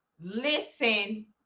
listen